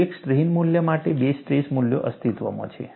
એક સ્ટ્રેઇન મૂલ્ય માટે બે સ્ટ્રેસ મૂલ્યો અસ્તિત્વમાં છે